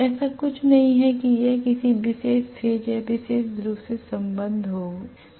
ऐसा कुछ नहीं है कि यह किसी विशेष फेज या विशेष ध्रुव से संबद्ध होने जा रहा है